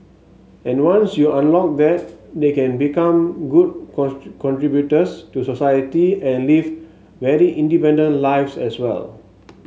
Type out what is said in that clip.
and once you unlock that they can become good contributors to society and live very independent lives as well